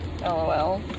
LOL